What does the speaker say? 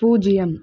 பூஜ்ஜியம்